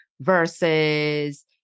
versus